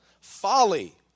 Folly